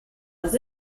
was